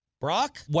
Brock